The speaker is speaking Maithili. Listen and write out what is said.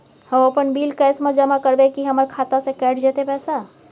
हम अपन बिल कैश म जमा करबै की हमर खाता स कैट जेतै पैसा?